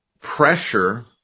pressure